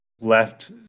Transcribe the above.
left